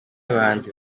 bahanzi